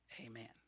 Amen